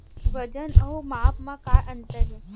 वजन अउ माप म का अंतर हे?